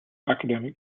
academic